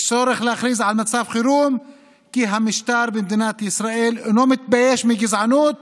יש צורך להכריז על מצב חירום כי המשטר במדינת ישראל לא מתבייש בגזענות